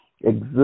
exist